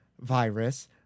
virus